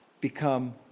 become